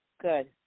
good